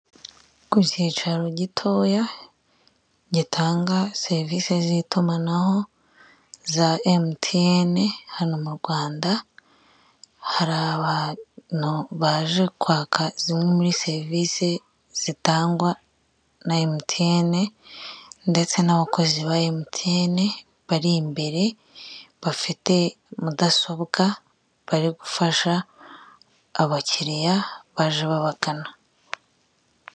Inoti z'amafaranga ya rimwe y'Amashinwa hariho isura y'umuntu n'amagambo yo mu gishinwa n'imibare isanzwe.